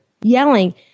yelling